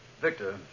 Victor